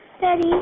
Daddy